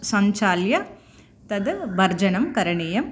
सञ्चाल्य तद् भर्जनं करणीयम्